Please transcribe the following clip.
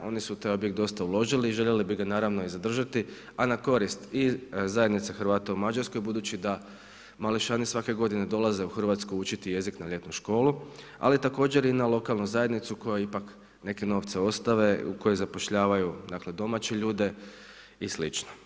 Oni su u taj objekt dosta uložili i željeli bi ga naravno i zadržati, a na korist i zajednice Hrvata u Mađarskoj, budući da mališani svake godine dolaze u Hrvatsku učiti jezik na ljetnu školu, ali također i na lokalnu zajednicu koja ipak neke novce ostave u kojoj zapošljavaju domaće ljude i slično.